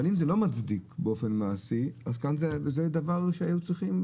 אבל אם זה לא מצדיק באופן מעשי אז זה דבר שהיו צריכים,